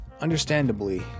understandably